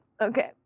Okay